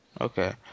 Okay